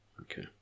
okay